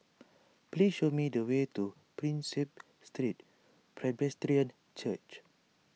please show me the way to Prinsep Street Presbyterian Church